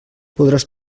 podràs